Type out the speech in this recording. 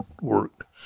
work